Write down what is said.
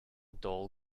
dull